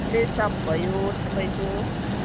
रेसप भयो तपाईँको